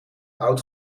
oud